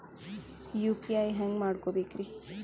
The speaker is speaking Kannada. ಯು.ಪಿ.ಐ ಹ್ಯಾಂಗ ಮಾಡ್ಕೊಬೇಕ್ರಿ?